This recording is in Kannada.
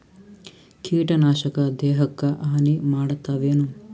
ಕೀಟನಾಶಕ ದೇಹಕ್ಕ ಹಾನಿ ಮಾಡತವೇನು?